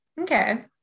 okay